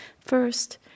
First